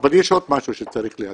אבל יש עוד משהו שצריך להציג.